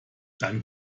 dann